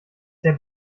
herr